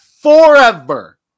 forever